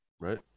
Right